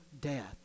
death